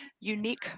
unique